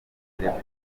telefoni